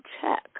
check